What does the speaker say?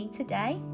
today